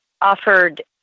offered